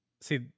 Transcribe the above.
See